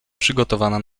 przygotowana